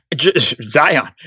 Zion